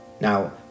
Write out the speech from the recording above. Now